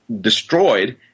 destroyed